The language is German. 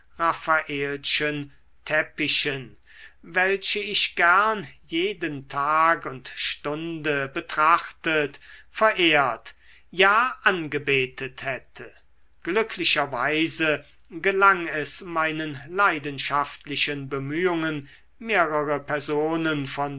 raffaelschen teppichen welche ich gern jeden tag und stunde betrachtet verehrt ja angebetet hätte glücklicherweise gelang es meinen leidenschaftlichen bemühungen mehrere personen von